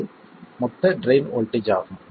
இது மொத்த drain voltage ஆகும்